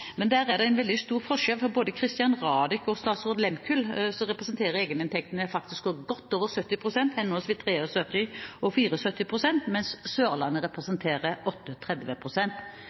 Men der er det en veldig stor forskjell, for både for «Christian Radich» og «Statsraad Lehmkuhl» representerer egeninntektene faktisk godt over 70 pst. – henholdsvis 73 og 74 pst. – mens for «Sørlandet» så representerer